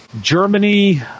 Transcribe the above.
Germany